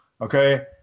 Okay